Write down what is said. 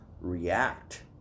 react